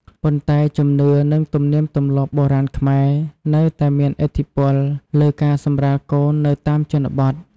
ប៉ុន្តែ ជំនឿ និងទំនៀមទម្លាប់បុរាណខ្មែរនៅតែមានឥទ្ធិពលលើការសម្រាលកូននៅតាមជនបទ។